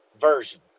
version